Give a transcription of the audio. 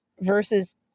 versus